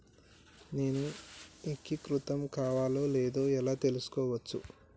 నేను ఏకీకృతం కావాలో లేదో ఎలా తెలుసుకోవచ్చు?